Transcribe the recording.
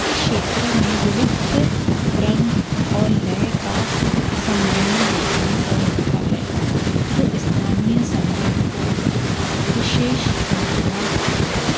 इस क्षेत्र में विविध रंग और लय का समन्वय देखने को मिलता है जो स्थानीय संगीत को विशेष बनाया है